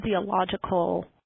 physiological